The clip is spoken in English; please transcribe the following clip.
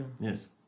Yes